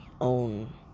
own